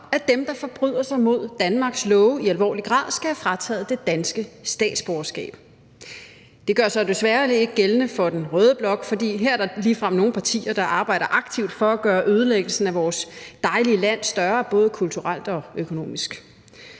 at dem, der forbryder sig mod Danmarks love i alvorlig grad, skal have frataget det danske statsborgerskab. Det gør sig desværre ikke gældende for den røde blok, for her er der ligefrem nogle partier, der arbejder aktivt for at gøre ødelæggelsen af vores dejlige land større både kulturelt og økonomisk.